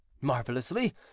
Marvelously